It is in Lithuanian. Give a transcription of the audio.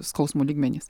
skausmo lygmenys